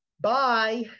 Bye